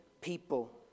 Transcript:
people